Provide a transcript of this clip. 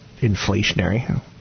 inflationary